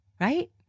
right